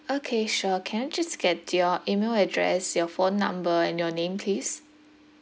okay sure can I just get your email address your phone number and your name please